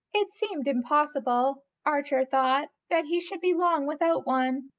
it seemed impossible, archer thought, that he should be long without one,